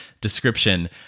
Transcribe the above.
description